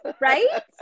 Right